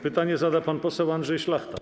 Pytanie zada pan poseł Andrzej Szlachta.